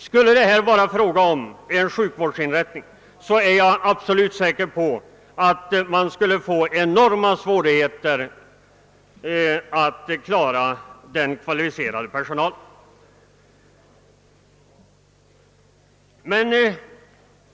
Skulle det här vara fråga om en sjukvårdsinrättning, är jag absolut säker på att det skulle möta enorma svårigheter att rekrytera den kvalificerade personalen.